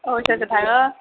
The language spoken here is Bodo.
औ सोर सोर थाङो